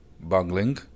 bungling